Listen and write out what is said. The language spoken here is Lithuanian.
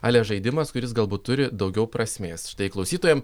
ale žaidimas kuris galbūt turi daugiau prasmės štai klausytojam